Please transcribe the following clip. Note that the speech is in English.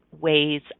ways